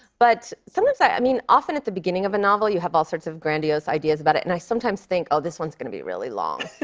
but sometimes i mean, often at the beginning of a novel, you have all sorts of grandiose ideas about it, and i sometimes think, oh, this one is going to be really long.